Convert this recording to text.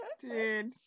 Dude